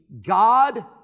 God